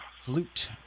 Flute